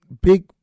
Big